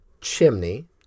chimney